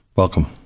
welcome